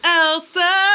elsa